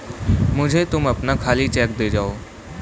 मुझे तुम अपना खाली चेक दे जाओ